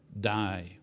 die